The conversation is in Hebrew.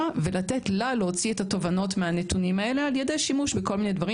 ולתת לה להוציא את התובנות מהנתונים האלה ע"י שימוש בכל מיני דברים